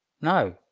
no